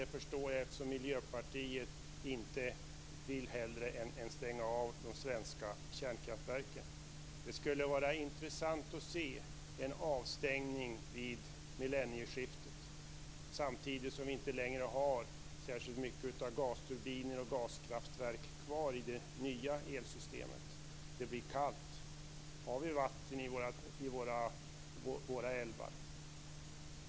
Det förstår jag eftersom Miljöpartiet inte vill något hellre än att stänga av de svenska kärnkraftverken. Det skulle vara intressant att se en avstängning vid millennieskiftet samtidigt som vi inte längre har särskilt mycket av gasturbiner och gaskraftverk kvar i det nya elsystemet. Det blir kallt. Har vi vatten i våra älvar?